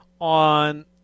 on